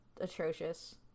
atrocious